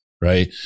Right